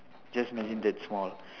just imagine that small